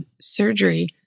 surgery